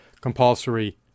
compulsory